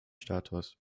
status